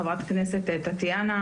חברת הכנסת טטיאנה,